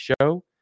show